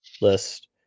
list